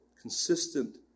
consistent